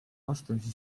vastamisi